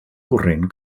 corrent